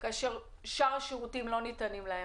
כאשר שאר השירותים כבר לא ניתנים להם.